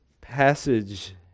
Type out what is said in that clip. passage